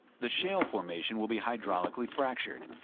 the shale formation will be hydraulically fractured.